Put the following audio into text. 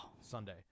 Sunday